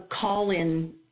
call-in